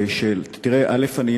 תראה, א.